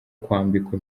kwambikwa